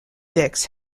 dix